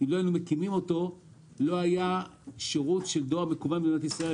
אם לא היינו מקימים אותו לא היה שירות של דואר מקוון במדינת ישראל.